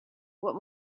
what